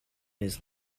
his